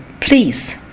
please